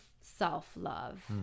self-love